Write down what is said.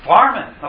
Farming